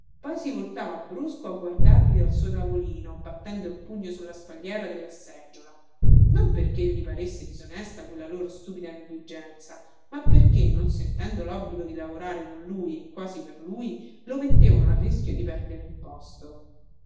poi si voltava brusco a guardarli dal suo tavolino battendo il pugno sulla spalliera della seggiola non perché gli paresse disonesta quella loro stupida negligenza ma perché non sentendo lobbligo di lavorare con lui e quasi per lui lo mettevano a rischio di perdere il posto